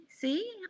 see